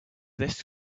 this